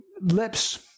Lips